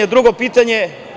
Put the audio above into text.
Drugo pitanje.